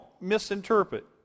misinterpret